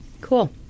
Cool